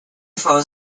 phones